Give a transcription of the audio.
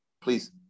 please